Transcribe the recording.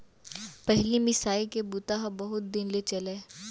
पहिली मिसाई के बूता ह बहुत दिन ले चलय